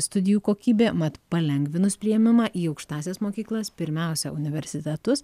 studijų kokybė mat palengvinus priėmimą į aukštąsias mokyklas pirmiausia universitetus